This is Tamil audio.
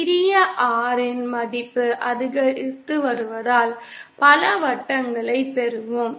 சிறிய R இன் மதிப்பு அதிகரித்து வருவதால் பல வட்டங்களைப் பெறுவோம்